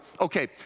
Okay